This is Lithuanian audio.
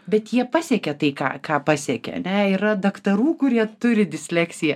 bet jie pasiekė tai ką ką pasiekė ane yra daktarų kurie turi disleksiją